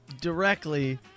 directly